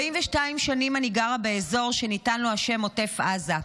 42 שנים אני גרה באזור שניתן לו השם עוטף עזה.